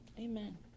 Amen